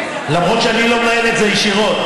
למרות שאני לא מנהל את זה ישירות,